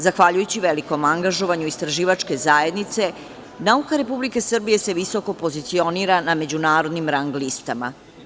Zahvaljujući velikom angažovanju istraživačke zajednice nauka Republike Srbije se visoko pozicionirala na međunarodnim rang listama.